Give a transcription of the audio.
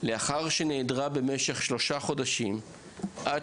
לאחר שנעדרה במשך שלושה חודשים עד